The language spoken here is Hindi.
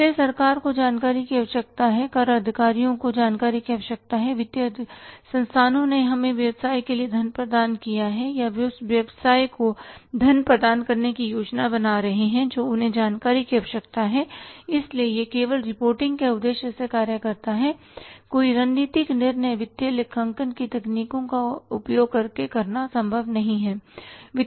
इसलिए सरकार को जानकारी की आवश्यकता है कर अधिकारियों को जानकारी की आवश्यकता है वित्तीय संस्थानों ने हमें व्यवसाय के लिए धन प्रदान किया है या वे उस व्यवसाय को धन प्रदान करने की योजना बना रहे हैं जो उन्हें जानकारी की आवश्यकता है इसलिए यह केवल रिपोर्टिंग के उद्देश्य से कार्य करता है कोई रणनीतिक निर्णय वित्तीय लेखांकन की तकनीकों का उपयोग करके करना संभव नहीं है